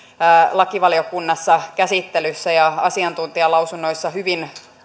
lakivaliokunnassa käsittelyssä ja asiantuntijalausunnoissa hyvin